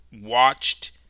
watched